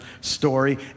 story